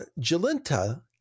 Jalinta